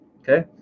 Okay